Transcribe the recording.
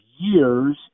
years